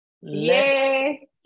Yay